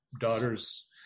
daughter's